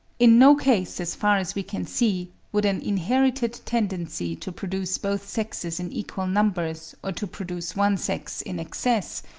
in no case, as far as we can see, would an inherited tendency to produce both sexes in equal numbers or to produce one sex in excess,